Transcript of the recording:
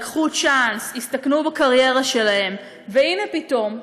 לקחו צ'אנס, הסתכנו בקריירה שלהם, והנה, פתאום,